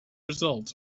results